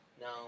No